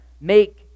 make